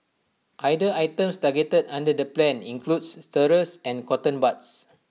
other items targeted under the plan includes stirrers and cotton buds